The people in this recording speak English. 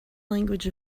language